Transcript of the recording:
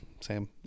Sam